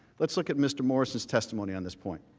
let's look at mister morris's testimony on this point.